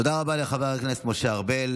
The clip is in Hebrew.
תודה רבה לחבר הכנסת משה ארבל.